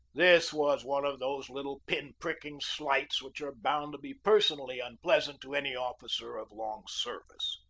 this was one of those little pin-pricking slights which are bound to be personally unpleasant to any officer of long service.